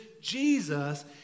Jesus